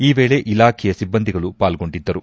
ಈ ವೇಳೆ ಇಲಾಖೆಯ ಸಿಬ್ಲಂದಿಗಳು ಪಾಲ್ಗೊಂಡಿದ್ದರು